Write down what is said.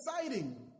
exciting